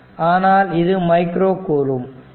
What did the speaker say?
ஆனால் இது micro coulomb